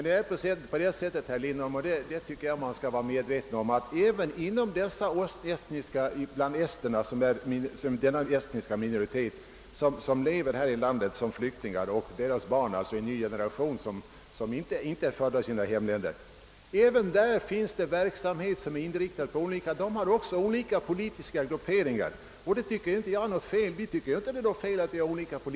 Det är dock så, herr Lindholm, vilket jag tycker att man skall vara medveten om, att det förekommer verksamheter med olika inriktning även inom den estniska minoritet som lever som flyktingar i vårt land och den nya generationen, deras barn, vilka inte är födda i sitt hemland. Där förekommer exempelvis olika politiska grupperingar, och vi brukar ju inte tycka att detta är felaktigt.